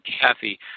Kathy